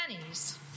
pennies